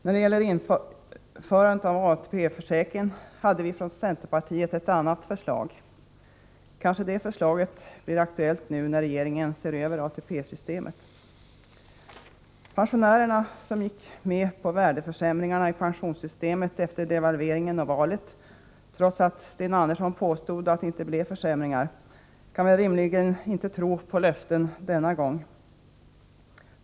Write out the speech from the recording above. När det gäller införandet av ATP-försäkringen hade vi från centerpartiet ett annat förslag. Blir det förslaget möjligen aktuellt nu när regeringen ser över ATP systemet? Pensionärerna, som gick med på värdeförsämringarna i pensionssystemet efter devalveringen och valet — Sten Andersson påstod visserligen att det inte var fråga om försämringar — kan väl rimligen inte tro på löften denna gång.